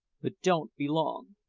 but don't be long.